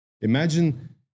Imagine